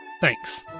Thanks